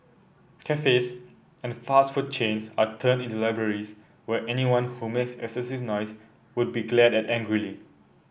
cafes and fast food chains are turned into libraries where anyone who makes excessive noise would be glared at angrily